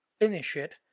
finish it,